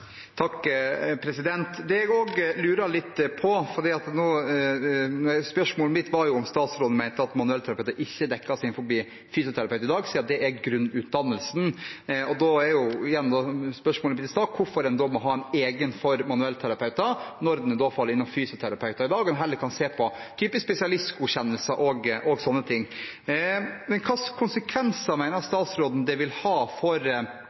Spørsmålet mitt var om statsråden mente at manuellterapeuter ikke dekkes inn under ordningen for fysioterapeuter i dag, siden det er grunnutdannelsen, og hvorfor en da må ha egen autorisasjon for manuellterapeuter når de faller inn under fysioterapeuter i dag – at en heller kunne sett på en type spesialistgodkjennelse, og sånne ting. Hvilke konsekvenser mener statsråden det vil ha for